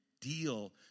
deal